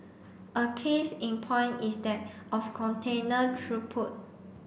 a case in point is that of container throughput